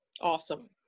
Awesome